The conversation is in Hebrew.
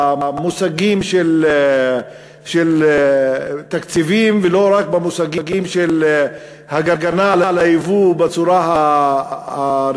במושגים של תקציבים ולא רק במושגים של הגנה על היבוא בצורה הרגילה.